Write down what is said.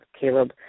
Caleb